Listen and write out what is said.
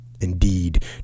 Indeed